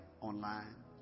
online